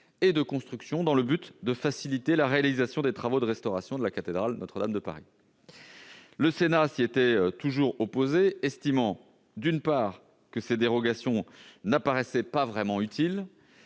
et de construction dans le but de faciliter la réalisation des travaux de restauration de la cathédrale Notre-Dame de Paris, le Sénat s'était toujours opposé, estimant d'une part que ces dérogations n'apparaissait pas vraiment utile,